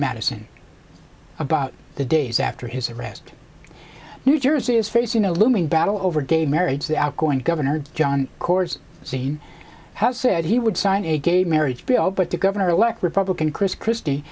madison about the days after his arrest new jersey is facing a looming battle over gay marriage the outgoing governor jon cordes seen has said he would sign a gay marriage bill but the governor elect republican chris christie